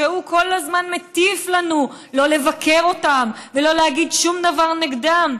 שהוא כל הזמן מטיף לנו שלא לבקר אותם ולא להגיד שום דבר נגדם.